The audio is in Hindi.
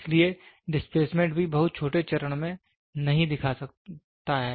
इसलिए डिस्प्लेसमेंट भी बहुत छोटे चरण में नहीं दिखा सकता है